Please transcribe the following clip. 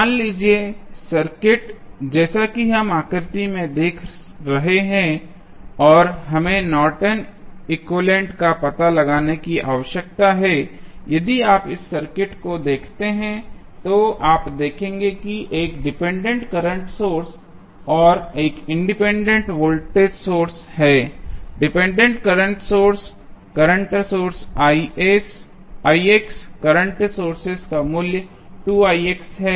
मान लीजिए सर्किट जैसा कि हम आकृति में देख रहे हैं और हमें नॉर्टन एक्विवैलेन्ट Nortons equivalent का पता लगाने की आवश्यकता है यदि आप इस सर्किट को देखते हैं तो आप देखेंगे कि एक डिपेंडेंट करंट सोर्स और एक इंडिपेंडेंट वोल्टेज सोर्स है dependent current source current source current sources का मूल्य है